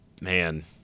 man